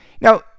now